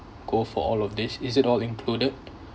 go for all of this is it all included